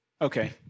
okay